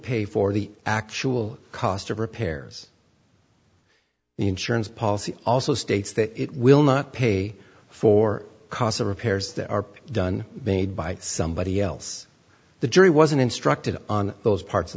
pay for the actual cost of repairs insurance policy also states that it will not pay for cost of repairs that are done made by somebody else the jury wasn't instructed on those parts of